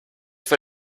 für